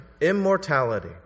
Immortality